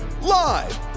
live